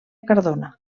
cardona